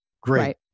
Great